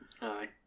aye